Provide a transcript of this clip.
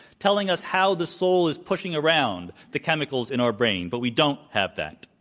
telling us how the soul is pushing around the chemicals in our brain. but we don't have that.